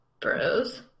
Bros